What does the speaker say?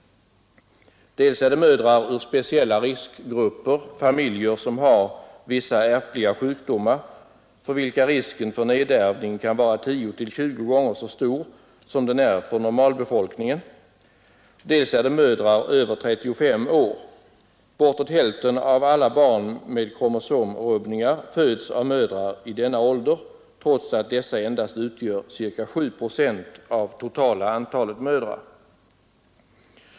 Dels är det mödrar ur speciella riskgrupper — familjer vilka har vissa ärftliga sjukdomar och för vilka risken för nedärvning kan vara 10—20 gånger så stor som den är för normalbefolkningen — dels är det mödrar över 35 år. Bortåt hälften av alla barn med kromosomala rubbningar föds av mödrar i denna ålder, trots att dessa endast utgör ca 7 procent av totala antalet mödrar.